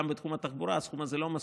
גם בתחום התחבורה הסכום הזה לא מספיק.